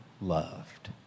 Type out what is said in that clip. loved